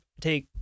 take